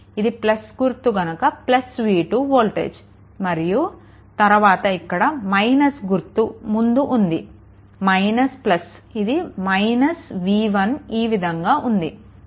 ఇది గుర్తు కనుక v2 వోల్టేజ్ తరువాత ఇక్కడ - గుర్తు ముందు ఉంది ఇది v1 ఈ విధంగా ఉంది